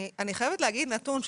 אני חייבת להגיד נתון.